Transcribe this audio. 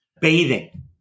bathing